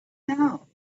now